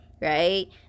right